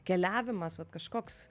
keliavimas vat kažkoks